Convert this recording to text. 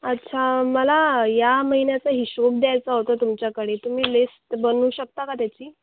अच्छा मला या महिन्याचा हिशोब द्यायचा होता तुमच्याकडे तुम्ही लिस्ट बनवू शकता का त्याची